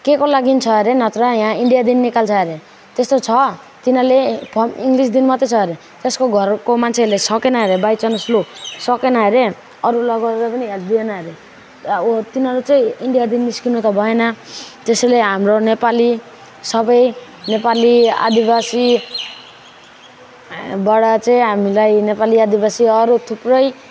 केको लागि छ हरे नत्र यहाँ इन्डियादेखि निकाल्छ हरे त्यस्तो छ तिनीहरूले फर्म इङ्ग्लिसदेखि मात्र छ हरे त्यसको घरको मान्छेहरूले सकेन हरे बाइ चान्स लु सकेन हरे अरू लगाएर पनि हेल्प दिएन हरे ओ तिनारू चाहिँ इन्डियादेखि निस्कनु त भएन त्यसैले हाम्रो नेपाली सब नेपाली आदिवासीबाट चाहिँ हामीलाई नेपाली आदिवासी अरू थुप्रै